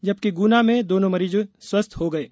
जबकि गुना में दोनों मरीजों स्वस्थ्य हो गये